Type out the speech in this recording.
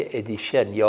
edition